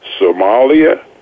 Somalia